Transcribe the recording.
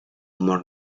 humor